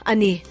Ani